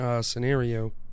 scenario